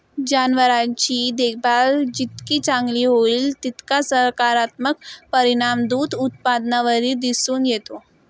जनावरांची देखभाल जितकी चांगली होईल, तितका सकारात्मक परिणाम दूध उत्पादनावरही दिसून येतो